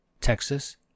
Texas